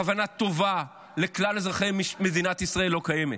כוונה טובה לכלל אזרחי מדינת ישראל, לא קיים.